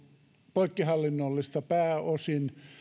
poikkihallinnollista pääosin